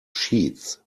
sheets